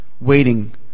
waiting